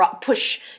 push